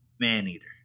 Maneater